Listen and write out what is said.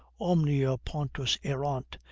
omnia pontus erant,